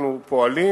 אנחנו פועלים.